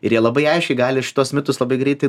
ir jie labai aiškiai gali šituos mitus labai greitai